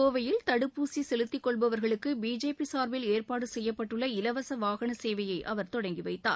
கோவையில் தடுப்பூசி செலுத்திக் கொள்பவர்களுக்கு பி ஜே பி சார்பில் ஏற்பாடு செய்யப்பட்டுள்ள இலவச வாகன சேவையை அவர் தொடங்கிவைத்தார்